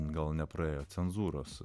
gal nepraėjo cenzūros